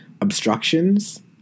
obstructions